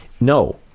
no